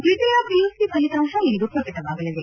ದ್ದಿತೀಯ PUC ಫಲಿತಾಂಶ ಇಂದು ಪ್ರಕಟವಾಗಲಿದೆ